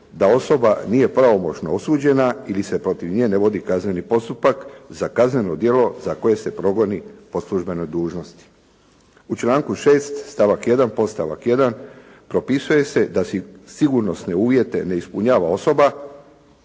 da osoba nije pravomoćno osuđena ili se protiv nje ne vodi kazneni postupak za kazneno djelo za koje se progoni po službenoj dužnosti. U članku 6. stavak 1. podstavak 1. propisuje se da sigurnosne uvjete ne ispunjava osoba